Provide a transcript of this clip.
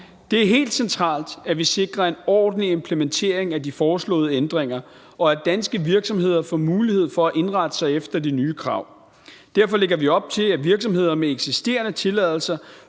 Det er helt centralt, at vi sikrer en ordentlig implementering af de foreslåede ændringer, og at danske virksomheder får mulighed for at indrette sig efter de nye krav. Derfor lægger vi op til, at virksomheder med eksisterende tilladelser